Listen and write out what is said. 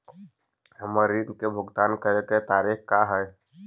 हमर ऋण के भुगतान करे के तारीख का हई?